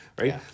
right